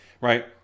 right